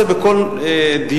צריך להצביע על כל אחד בנפרד.